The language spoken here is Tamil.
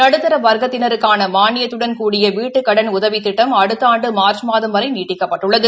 நடுத்தர வர்க்கத்தினருக்கான மானியத்துடன் கூடிய வீட்டுக்கடன் உதவித் திட்டம் அடுத்த ஆண்டு மார்க் மாதம் வரை நீட்டிக்கப்பட்டுள்ளது